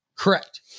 Correct